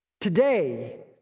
today